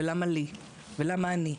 ולמה אני,